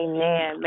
Amen